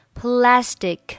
plastic